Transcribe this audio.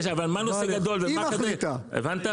הבנת?